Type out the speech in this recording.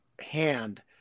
hand